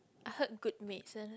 I heard groupmates then I was like